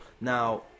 now